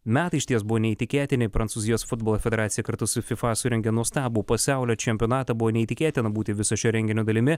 metai išties buvo neįtikėtini prancūzijos futbolo federacija kartu su fifa surengė nuostabų pasaulio čempionatą buvo neįtikėtina būti viso šio renginio dalimi